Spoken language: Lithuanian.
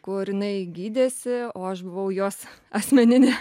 kur jinai gydėsi o aš buvau jos asmeninė